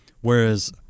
whereas